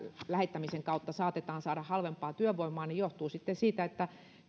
lähettämisen kautta saatetaan saada tällä hetkellä halvempaa työvoimaa johtuu kuitenkin siitä että